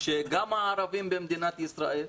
שגם הערבים במדינת ישראל,